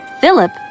Philip